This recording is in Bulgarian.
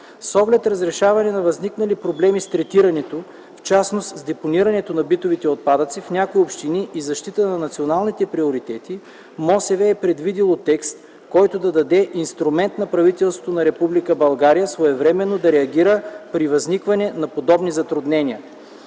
С оглед разрешаване на възникнали проблеми с третирането в частност с депонирането на битовите отпадъци в някои общини и защита на националните приоритети, Министерството на околната среда и водите е предвидило текст, който да даде инструмент на правителството на Република България своевременно да реагира при възникване на подобни затруднения.